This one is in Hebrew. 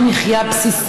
דמי מחיה בסיסיים,